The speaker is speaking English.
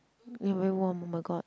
you're very warm oh my god